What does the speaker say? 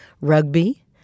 Rugby